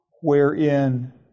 wherein